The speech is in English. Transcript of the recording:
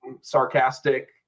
Sarcastic